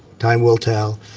time will tell.